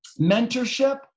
mentorship